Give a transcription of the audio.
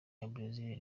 w’umunyabrazil